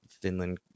Finland